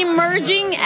Emerging